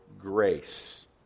grace